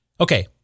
Okay